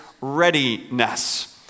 readiness